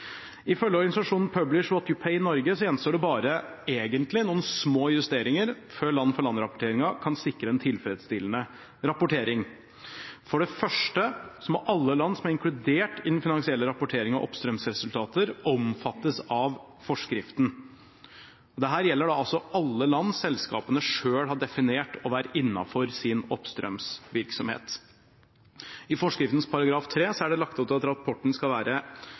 Ifølge organisasjonen Publish What You Pay Norge gjenstår det egentlig bare noen små justeringer før land-for-land-rapporteringen kan sikre en tilfredsstillende rapportering. For det første må alle land som er inkludert i den finansielle rapporteringen av oppstrømsresultater, omfattes av forskriften. Dette gjelder altså alle land selskapene selv har definert å være innenfor sin oppstrømsvirksomhet. I forskriftens § 3 er det lagt opp til at rapporten skal være